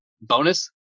bonus